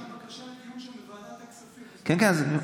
יש גם בקשה לדיון גם בוועדת הכספים, כן, כן.